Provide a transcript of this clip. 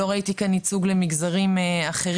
לא ראיתי כאן ייצוג למגזרים אחרים.